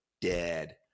dead